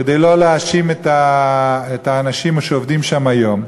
כדי לא להאשים את האנשים שעובדים שם היום,